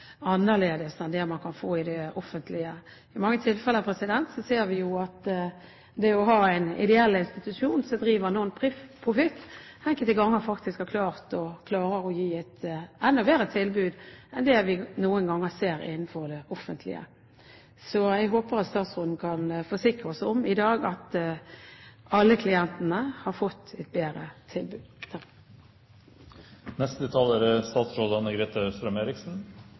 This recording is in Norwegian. annerledes enn i det offentlige. I mange tilfeller ser vi jo at det å ha en ideell institusjon som driver nonprofit, enkelte ganger faktisk klarer å gi et enda bedre tilbud enn det vi noen ganger ser innenfor det offentlige. Jeg håper at statsråden i dag kan forsikre oss om at alle klientene har fått et bedre tilbud.